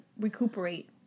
recuperate